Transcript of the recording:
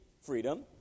freedom